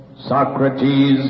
Socrates